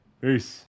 Peace